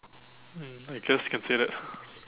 mm I guess can say that